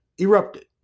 erupted